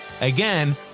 Again